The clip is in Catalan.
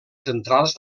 centrals